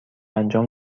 انجام